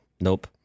nope